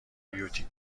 بیوتیک